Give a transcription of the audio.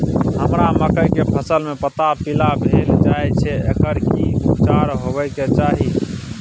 हमरा मकई के फसल में पता पीला भेल जाय छै एकर की उपचार होबय के चाही?